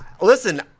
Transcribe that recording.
listen